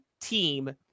team